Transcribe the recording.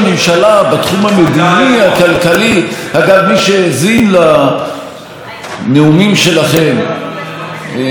מי שהאזין לנאומים שלכם בעברית ובחצי ערבית פה,